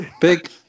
Big